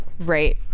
Right